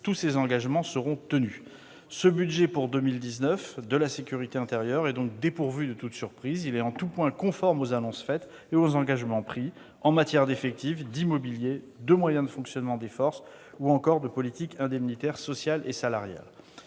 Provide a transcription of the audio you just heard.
la sécurité de tous -seront tenus. Le budget pour 2019 de la sécurité intérieure est donc dépourvu de toute surprise. Il est en tout point conforme aux annonces faites et aux engagements pris en matière d'effectifs, d'immobilier, de moyens de fonctionnement des forces ou encore de politique indemnitaire, sociale et salariale.